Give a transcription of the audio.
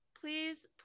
please